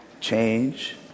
change